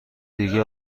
دیگه